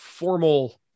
formal